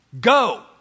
go